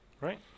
Right